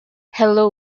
hello